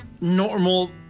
normal